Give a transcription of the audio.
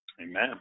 Amen